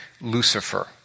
Lucifer